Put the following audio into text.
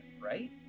right